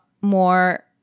more